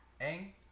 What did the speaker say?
Ang